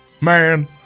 man